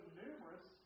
numerous